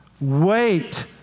Wait